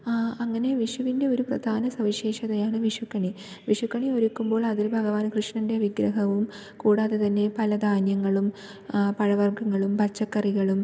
അങ്ങനെ വിഷുവിൻ്റെ ഒരു പ്രധാന സവിശേഷതയാണ് വിഷുക്കണി വിഷുക്കണി ഒരുക്കുമ്പോൾ അതിൽ ഭഗവാൻ കൃഷ്ണൻ്റെ വിഗ്രഹവും കൂടാതെ തന്നെ പല ധാന്യങ്ങളും പഴവർഗങ്ങളും പച്ചക്കറികളും